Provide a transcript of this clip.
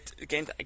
again